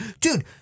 Dude